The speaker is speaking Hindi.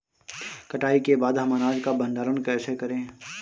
कटाई के बाद हम अनाज का भंडारण कैसे करें?